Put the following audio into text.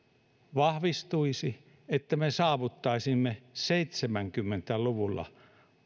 vahvistuisi olisi mahdollista että me saavuttaisimme seitsemänkymmentä luvulla